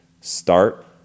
start